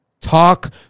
Talk